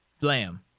Blam